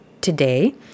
today